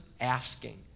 asking